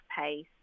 pace